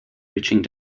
reaching